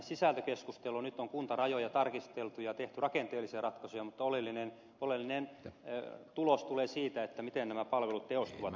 nyt on kuntarajoja tarkisteltu ja tehty rakenteellisia ratkaisuja mutta oleellinen tulos tulee siitä miten nämä palvelut tehostuvat